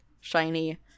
shiny